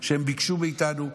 שהם ביקשו מאיתנו,